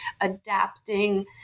adapting